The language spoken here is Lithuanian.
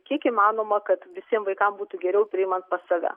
kiek įmanoma kad visiem vaikam būtų geriau priimant pas save